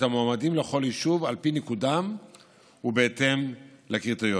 המועמדים לכל יישוב על פי ניקודם ובהתאם לקריטריונים.